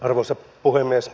arvoisa puhemies